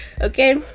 Okay